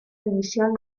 división